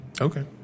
Okay